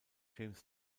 james